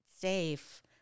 safe